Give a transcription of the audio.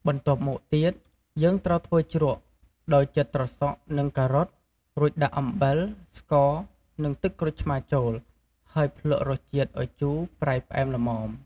បន្ទាប់មកទៀត យើងត្រូវធ្វើជ្រក់ ដោយចិតត្រសក់នឹងការ៉ុត រួចដាក់អំបិល ស្ករ នឹងទឹកក្រូចឆ្មារចូល ហើយភ្លក្សរសជាតិឱ្យជូរប្រៃផ្អែមល្មម។